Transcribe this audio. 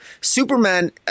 Superman